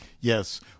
Yes